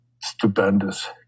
stupendous